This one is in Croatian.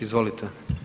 Izvolite.